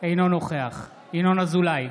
אינו נוכח ינון אזולאי,